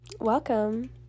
welcome